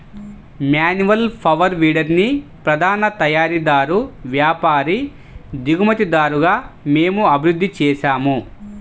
manual power వీడర్ని ప్రధాన తయారీదారు, వ్యాపారి, దిగుమతిదారుగా మేము అభివృద్ధి చేసాము